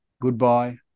goodbye